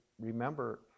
remember